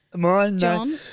John